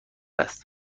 است